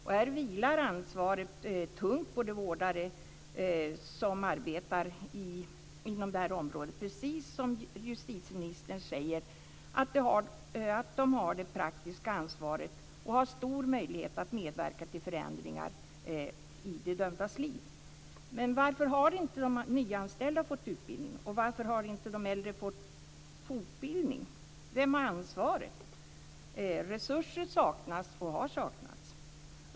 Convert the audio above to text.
Och här vilar ansvaret tungt på de vårdare som arbetar inom detta område. Precis som justitieministern säger har de det praktiska ansvaret och har stor möjlighet att medverka till förändringar i de dömdas liv. Men varför har inte de nyanställda fått utbildning, och varför har inte de äldre fått fortbildning? Vem har ansvaret? Resurser saknas och har saknats.